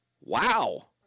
Wow